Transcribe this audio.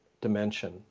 dimension